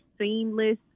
seamless